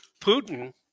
putin